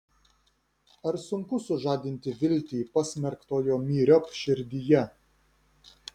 ar sunku sužadinti viltį pasmerktojo myriop širdyje